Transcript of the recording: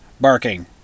barking